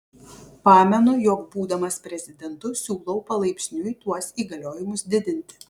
pamenu jog būdamas prezidentu siūlau palaipsniui tuos įgaliojimus didinti